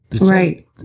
Right